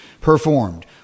performed